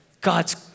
God's